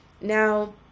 Now